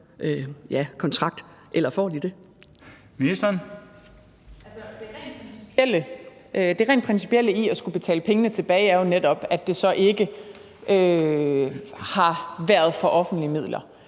Halsboe-Jørgensen): Det rent principielle i at skulle betale pengene tilbage er jo netop, at det så ikke har været for offentlige midler,